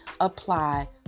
apply